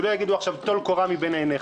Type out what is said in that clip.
שלא יגידו עכשיו: טול קורה מבין עיניך.